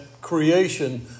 creation